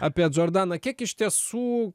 apie džordaną kiek iš tiesų